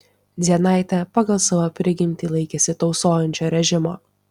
dzienaitė pagal savo prigimtį laikėsi tausojančio režimo